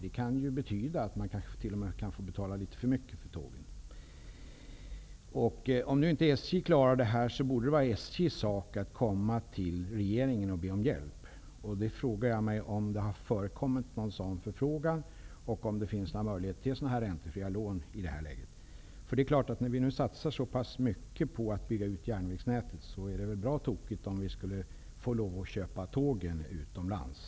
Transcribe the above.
Det kan ju betyda att man kanske t.o.m. får betala litet för mycket för tågen. Om nu inte SJ klarar det här så borde det var en angelägenhet för SJ att be regeringen om hjälp. Jag frågar mig om det har förekommit någon sådan förfrågan och om det finns några möjligheter till räntefria lån i detta läge. När vi nu satsar så mycket på att bygga ut järnvägsnätet vore det bra tokigt om vi skulle tvingas att köpa tågen utomlands.